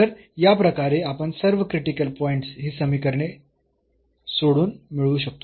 तर याप्रकारे आपण सर्व क्रिटिकल पॉईंट्स ही समीकरणे सोडवून मिळवू शकतो